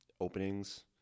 openings